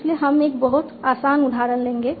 इसलिए हम एक बहुत आसान उदाहरण लेंगे